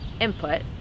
input